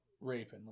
Raping